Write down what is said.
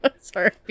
sorry